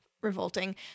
revolting